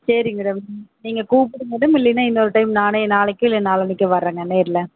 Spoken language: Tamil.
சரி மேடம் நீங்கள் கூப்பிடுங்க மேடம் இல்லைன்னா இன்னொரு டைம் நானே நாளைக்கு இல்லை நாளான்றைக்கி வரங்க நேரில்